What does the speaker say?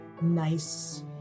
nice